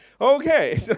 Okay